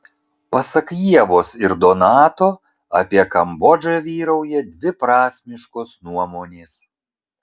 pasak ievos ir donato apie kambodžą vyrauja dviprasmiškos nuomonės